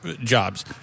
jobs